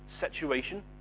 situation